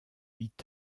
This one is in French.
huit